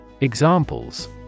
Examples